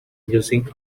using